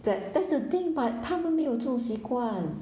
that's that's the thing but 他们没有这种习惯